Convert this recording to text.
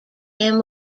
him